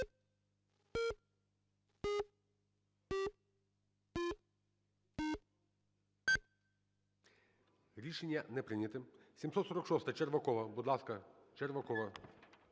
Рішення не прийнято. 746-а, Червакова. Будь ласка, Червакова.